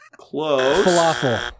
Falafel